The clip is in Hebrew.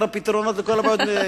הפתרונות וכל הבעיות,